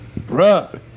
bruh